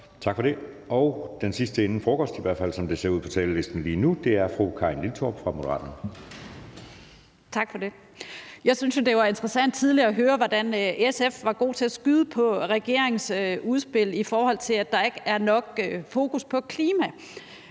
Tak for det. Og den sidste inden frokost, i hvert fald som det ser ud på talerlisten lige nu, er fru Karin Liltorp fra Moderaterne. Kl. 12:00 Karin Liltorp (M): Tak for det. Jeg synes jo, at det var interessant tidligere at høre, hvordan SF var gode til at skyde på regeringens udspil, i forhold til at der ikke er nok fokus på klima,